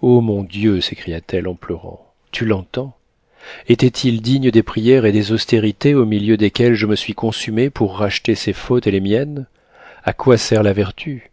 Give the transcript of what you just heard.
o mon dieu s'écria-t-elle en pleurant tu l'entends était-il digne des prières et des austérités au milieu desquelles je me suis consumée pour racheter ses fautes et les miennes a quoi sert la vertu